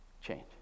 change